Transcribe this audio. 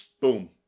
boom